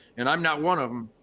and i'm not one of them,